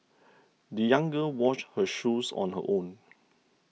the young girl washed her shoes on her own